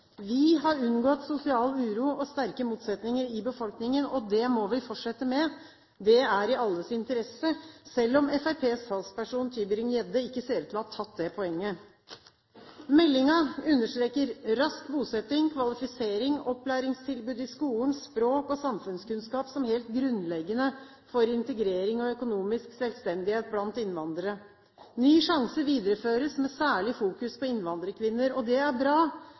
Vi har unngått sosial uro og sterke motsetninger i befolkningen. Det må vi fortsette med. Det er i alles interesse, selv om Fremskrittspartiets talsperson, Tybring-Gjedde, ikke ser ut til å ha tatt det poenget. Meldingen understreker rask bosetting, kvalifisering, opplæringstilbud i skolen, språk og samfunnskunnskap som helt grunnleggende for integrering og økonomisk selvstendighet blant innvandrere. «Ny sjanse» videreføres med særlig fokus på innvandrerkvinner. Det er bra,